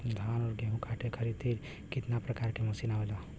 धान और गेहूँ कांटे खातीर कितना प्रकार के मशीन आवेला?